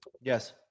Yes